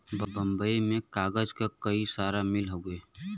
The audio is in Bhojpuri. बम्बई में कागज क कई सारा मिल हउवे